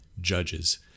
Judges